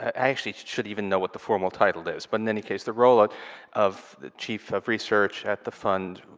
actually should even know what the formal title is, but in any case, the role ah of the chief of research at the fund,